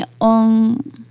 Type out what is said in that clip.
on